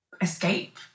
escape